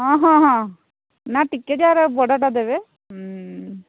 ହଁ ହଁ ହଁ ନା ଟିକେ ତାର ଆଉ ବଡ଼ଟା ଦେବେ ହୁଁ